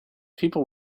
people